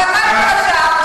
אבל מה עם כל השאר?